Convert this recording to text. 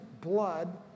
blood